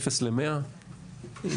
הישיבה ננעלה בשעה 11:08.